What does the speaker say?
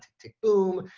tick, tick. boom.